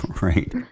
Right